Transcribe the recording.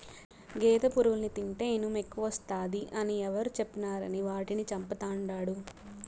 గేదె పురుగుల్ని తింటే ఇనుమెక్కువస్తాది అని ఎవరు చెప్పినారని వాటిని చంపతండాడు